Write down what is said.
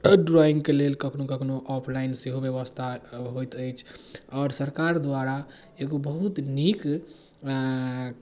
एहि ड्राइङ्गके लेल कखनहु कखनहु ऑफलाइन सेहो बेबस्था होइत अछि आओर सरकार द्वारा एगो बहुत नीक